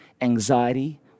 anxiety